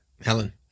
Helen